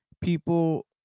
people